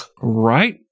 Right